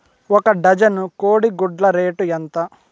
ఒక డజను కోడి గుడ్ల రేటు ఎంత?